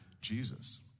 Jesus